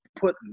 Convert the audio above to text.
put